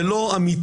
זה לא אמיתי.